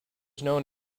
known